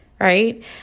right